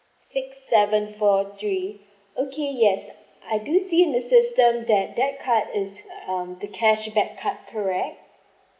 six seven four three okay yes I do see in the system that that card is mm the cashback card correct